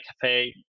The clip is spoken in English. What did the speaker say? cafe